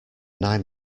nine